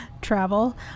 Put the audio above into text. travel